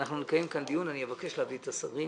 אנחנו נקיים כאן דיון ואני אבקש להביא את השרים